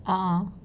ah